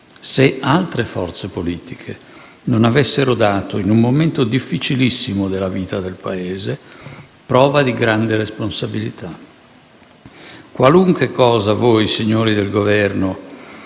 se altre forze politiche non avessero dato, in un momento difficilissimo della vita del Paese, prova di grande responsabilità. Qualunque cosa voi, signori del Governo,